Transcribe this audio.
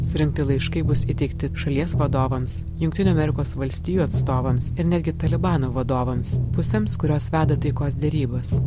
surinkti laiškai bus įteikti šalies vadovams jungtinių amerikos valstijų atstovams ir netgi talibano vadovams pusėms kurios veda taikos derybas